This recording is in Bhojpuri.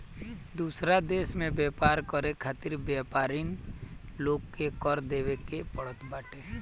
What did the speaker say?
दूसरा देस में व्यापार करे खातिर व्यापरिन लोग के कर देवे के पड़त बाटे